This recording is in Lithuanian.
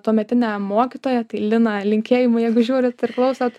tuometinė mokytoja tai lina linkėjimai jeigu žiūrit ir klausot